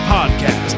Podcast